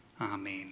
Amen